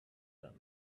them